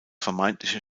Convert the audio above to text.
vermeintliche